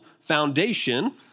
foundation